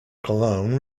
cologne